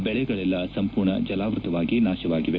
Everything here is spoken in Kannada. ಬೆಳೆಗಳೆಲ್ಲಾ ಸಂಪೂರ್ಣ ಜಲಾವೃತವಾಗಿ ನಾತವಾಗಿವೆ